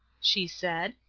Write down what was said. she said.